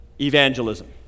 Evangelism